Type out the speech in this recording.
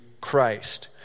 christ